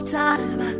time